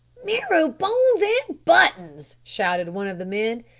marrow-bones and buttons! shouted one of the men,